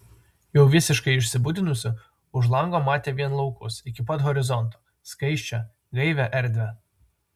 jau visiškai išsibudinusi už lango matė vien laukus iki pat horizonto skaisčią gaivią erdvę